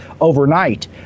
overnight